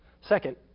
Second